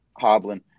hobbling